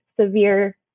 severe